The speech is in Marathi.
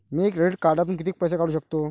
मी क्रेडिट कार्डातून किती पैसे काढू शकतो?